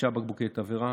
תשעה בקבוקי תבערה,